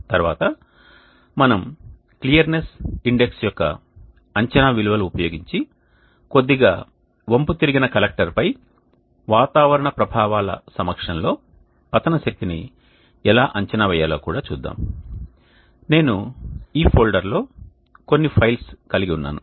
తర్వాత మనం clearness index యొక్క అంచనా విలువలు ఉపయోగించి కొద్దిగా వంపు తిరిగిన కలెక్టర్పై వాతావరణ ప్రభావాల సమక్షంలో పతన శక్తి ని ఎలా అంచనా వేయాలో కూడా చూద్దాం నేను ఈ ఫోల్డర్లో కొన్ని ఫైల్స్ కలిగి ఉన్నాను